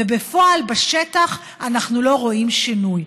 ובפועל, בשטח, אנחנו לא רואים שינוי.